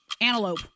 Antelope